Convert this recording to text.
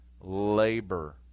Labor